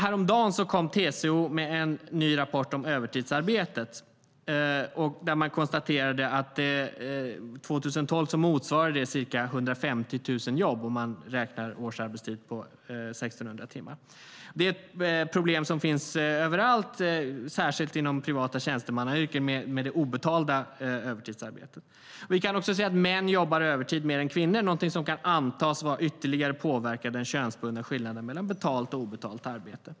Häromdagen kom TCO med en ny rapport om övertidsarbetet där man konstaterade att 2012 motsvarade det ca 150 000 jobb om man räknar årsarbetstid på 1 600 timmar. Det obetalda övertidsarbetet är ett problem som finns överallt, särskilt inom privata tjänstemannayrken. Vi kan också se att män jobbar övertid mer än kvinnor. Det är någonting som kan antas ytterligare påverka den könsbundna skillnaden mellan betalt och obetalt arbete.